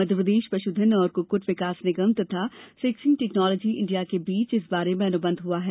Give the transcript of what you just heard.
मध्यप्रदेश पशुधन एवं कक्कट विकास निगम तथा सेकिंसग टेक्नॉलोजी इंडिया के बीच इस बारे में अनुबंध हुआ है